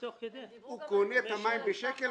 הוא קונה את המים בשקל,